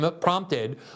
prompted